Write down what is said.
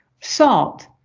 Salt